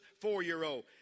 four-year-old